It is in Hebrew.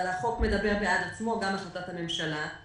אבל החוק מדבר בעד עצמו וגם החלטת הממשלה.